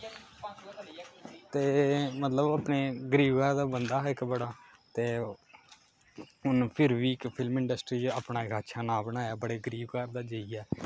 ते मतलब ओह् अपने गरीब घर दा बंदा हा अक बड़ा ते उ'न्न फिर बी इक फिल्म इंडस्ट्री अपना इक अच्छा नांऽ बनाया बड़े गरीब घर दा जाइयै